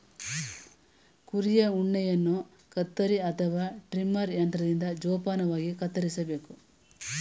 ಕುರಿಯ ಉಣ್ಣೆಯನ್ನು ಕತ್ತರಿ ಅಥವಾ ಟ್ರಿಮರ್ ಯಂತ್ರದಿಂದ ಜೋಪಾನವಾಗಿ ಕತ್ತರಿಸಬೇಕು